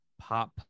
pop